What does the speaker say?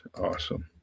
Awesome